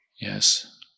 yes